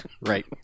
Right